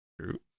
True